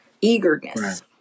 eagerness